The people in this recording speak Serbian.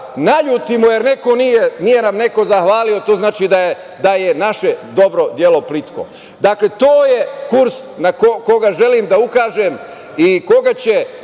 naljutimo, jer nam neko nije zahvalio, to znači da je naše dobro delo plitko. Dakle, to je kurs na koji želim da ukažem i koga će